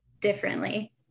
differently